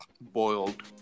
boiled